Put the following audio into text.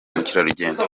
mukerarugendo